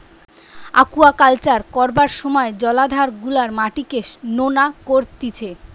aquaculture করবার সময় জলাধার গুলার মাটিকে নোনা করতিছে